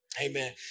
amen